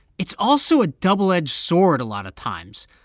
it's also a double-edged sword a lot of times.